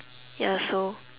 ya so